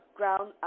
ground